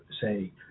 say